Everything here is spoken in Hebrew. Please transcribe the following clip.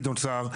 גדעון סער,